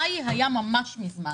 מאי היה ממש מזמן.